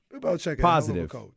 positive